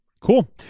cool